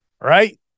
right